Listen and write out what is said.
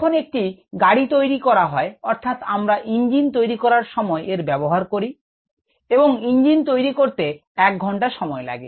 যখন একটি গাড়ি তৈরি করা হয় অর্থাৎ আমরা ইঞ্জিন তৈরি করার সময় এর ব্যবহার করি এবং ইঞ্জিন তৈরি করতে এক ঘন্টা সময় লাগে